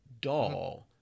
doll—